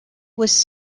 was